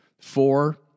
Four